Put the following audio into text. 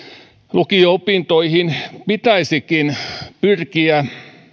lukio opintoihin pitäisikin pyrkiä